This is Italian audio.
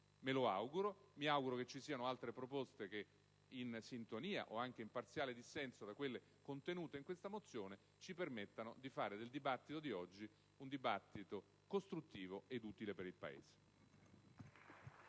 Me lo auguro, come mi auguro ci siano altre proposte che, in sintonia o anche in parziale dissenso da quelle contenute in questa mozione, ci permettano di fare del dibattito odierno un dibattito costruttivo ed utile per il Paese.